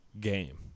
game